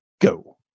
Go